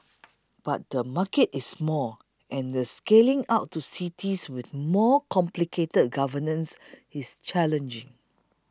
but the market is small and the scaling out to cities with more complicated governance is challenging